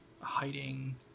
hiding